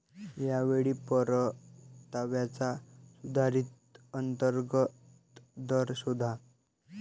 या वेळी परताव्याचा सुधारित अंतर्गत दर शोधा